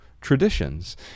traditions